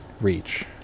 reach